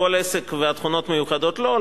כל עסק והתכונות המיוחדות לו,